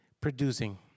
producing